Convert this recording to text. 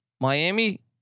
Miami